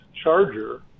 charger